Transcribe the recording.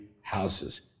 houses